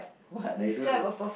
what I do the